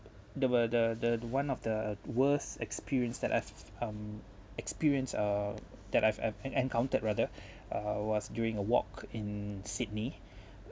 that were the the the one of the worst experience that I've um experienced uh that I've I've en~ encountered rather I was doing a walk in sydney